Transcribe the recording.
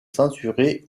censurés